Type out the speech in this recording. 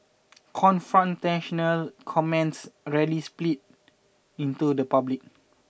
confrontational comments rarely spill into the public